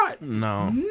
No